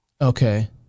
Okay